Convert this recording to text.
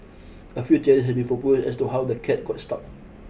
a few have been proposed as to how the cat got stuck